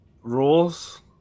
Rules